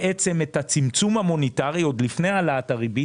הצמצום המוניטרי עוד לפני העלאת הריבית.